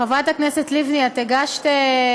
חברת הכנסת לבני, את הגשת,